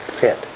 fit